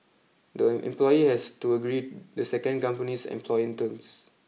the employee has to agree the second company's employment terms